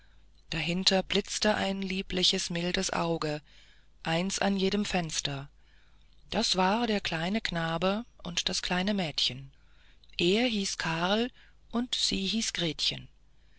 dahinter blitzte ein lieblich mildes auge eins von jedem fenster das war der kleine knabe und das kleine mädchen er hieß karl und sie hieß gretchen